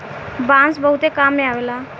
बांस बहुते काम में अवेला